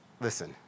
listen